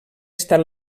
estat